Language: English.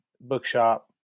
bookshop